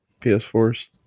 ps4s